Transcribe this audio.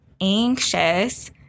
anxious